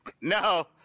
No